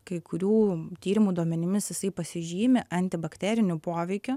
kai kurių tyrimų duomenimis jisai pasižymi antibakteriniu poveikiu